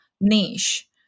niche